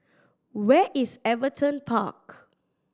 where is Everton Park